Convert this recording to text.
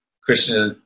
Krishna